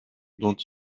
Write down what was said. dont